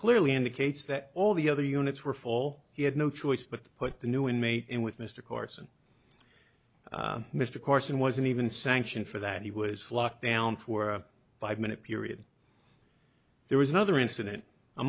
clearly indicates that all the other units were full he had no choice but to put the new inmate in with mr carson mr carson wasn't even sanction for that he was locked down for a five minute period there was another incident a